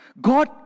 God